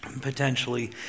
potentially